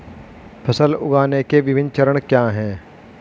फसल उगाने के विभिन्न चरण क्या हैं?